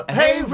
hey